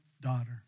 daughter